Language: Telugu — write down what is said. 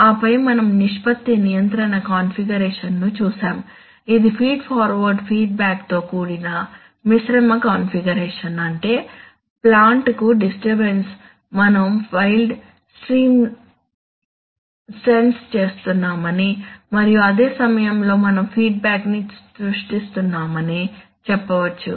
ఆపై మనం నిష్పత్తి నియంత్రణ కాన్ఫిగరేషన్ను చూశాము ఇది ఫీడ్ ఫార్వర్డ్ ఫీడ్బ్యాక్ తో కూడిన మిశ్రమ కాన్ఫిగరేషన్ అంటే ప్లాంట్ కు డిస్టర్బన్స్ మనం వైల్డ్ స్ట్రీమ్ సెన్స్ చేస్తున్నామని మరియు అదే సమయంలో మనం ఫీడ్బ్యాక్ ని సృష్టిస్తున్నామని చెప్పవచ్చు